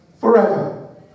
Forever